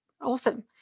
awesome